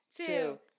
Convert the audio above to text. two